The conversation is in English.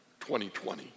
2020